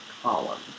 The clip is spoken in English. column